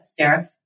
serif